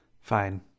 Fine